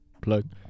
plug